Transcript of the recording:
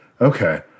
okay